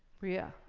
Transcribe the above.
bria,